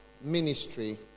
ministry